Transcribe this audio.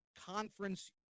conference